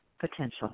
potential